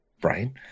brian